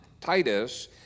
Titus